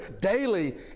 daily